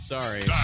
Sorry